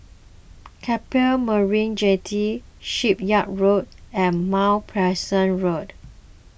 Keppel Marina Jetty Shipyard Road and Mount Pleasant Road